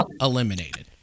eliminated